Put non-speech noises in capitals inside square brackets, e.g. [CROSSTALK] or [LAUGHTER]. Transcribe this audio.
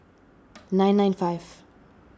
[NOISE] nine nine five